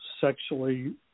sexually